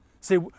See